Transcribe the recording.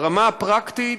ברמה הפרקטית,